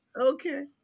Okay